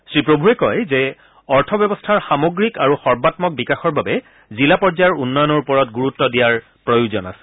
শ্ৰীপ্ৰভুৱে কয় যে অৰ্থ ব্যৱস্থাৰ সামগ্ৰিক আৰু সৰ্বাম্মক বিকাশৰ বাবে জিলা পৰ্যায়ৰ উন্নয়নৰ ওপৰত ণুৰুত্ব দিয়াৰ প্ৰয়োজন আছে